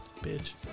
Bitch